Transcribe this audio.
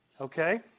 Okay